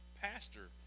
pastor